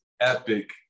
epic